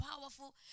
powerful